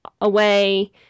away